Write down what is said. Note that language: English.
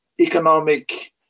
economic